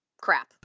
crap